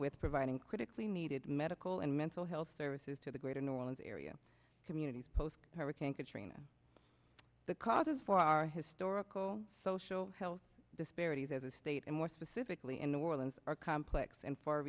with providing critically needed medical and mental health services to the greater new orleans area communities post hurricane katrina the causes for our historical social health disparities as a state and more specifically in new orleans are complex and far